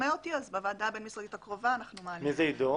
בוועדה הבין-משרדית הקרובה נעלה את זה.